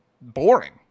boring